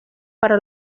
para